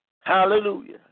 Hallelujah